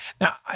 Now